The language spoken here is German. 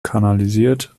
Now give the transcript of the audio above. kanalisiert